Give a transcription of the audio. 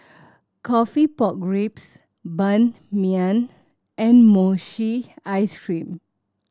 coffee pork ribs Ban Mian and mochi ice cream